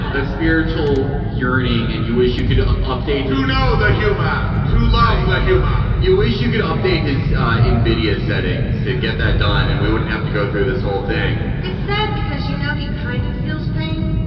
a spiritual yearning and you wish you could update, you know, the human to lie, the humor you wish you could update his in video settings to get that done. and we wouldn't have to go through this whole thing. ah sad because, you know, he kind of feels pain.